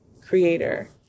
Creator